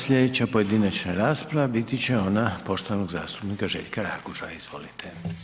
Slijedeća pojedinačna rasprava biti će ona poštovanog zastupnika Željka Raguža, izvolite.